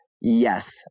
Yes